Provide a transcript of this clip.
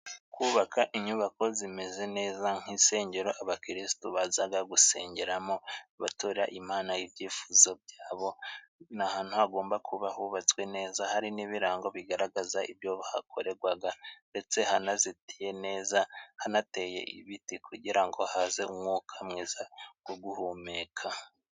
Kubaka inyubako zimeze neza, nk'insengero abakirisitu bazaga gusengeramo batura Imana ibyifuzo byabo. Ni ahantu hagomba kuba hubatswe neza, hari n'ibirango bigaragaza ibyo hakorerwaga ndetse hanazitiye neza, hanateye ibiti kugira ngo haze umwuka mwiza wo guhumeka.